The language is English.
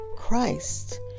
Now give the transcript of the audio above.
Christ